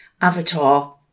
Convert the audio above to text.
avatar